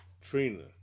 Trina